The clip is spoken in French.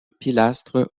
pilastres